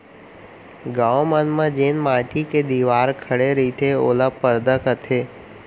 गॉंव मन म जेन माटी के दिवार खड़े रईथे ओला परदा कथें